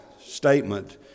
statement